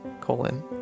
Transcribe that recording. Colon